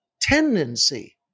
tendency